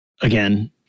again